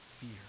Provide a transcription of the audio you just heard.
fear